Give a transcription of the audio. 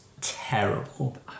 terrible